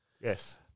Yes